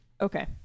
Okay